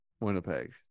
Winnipeg